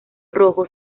rojo